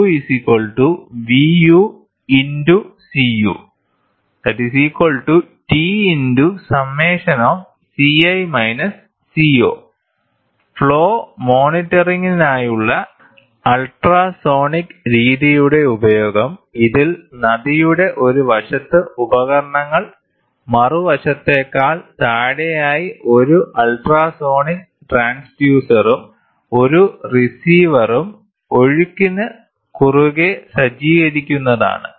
Flow rate Q Vu×Cu T ×∑Ci−Co flow മോണിറ്ററിംഗിനായുള്ള ultrasonic രീതിയുടെ ഉപയോഗം ഇതിൽ നദിയുടെ ഒരു വശത്ത് ഉപകരണങ്ങൾ മറുവശത്തേക്കാൾ താഴെയായി ഒരു അൾട്രാസോണിക് ട്രാൻസ്ഡ്യൂസറും ഒരു റിസീവറും ഒഴുക്കിനു കുറുകെ സജ്ജീകരിക്കുന്നതാണ്